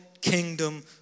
kingdom